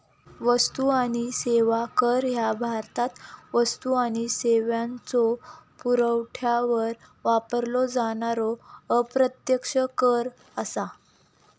वस्तू आणि सेवा कर ह्या भारतात वस्तू आणि सेवांच्यो पुरवठ्यावर वापरलो जाणारो अप्रत्यक्ष कर असा